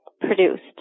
produced